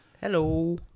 Hello